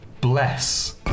Bless